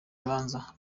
urubanza